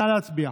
נא להצביע.